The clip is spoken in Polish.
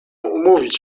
umówić